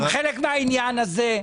הן חלק מהעניין הזה.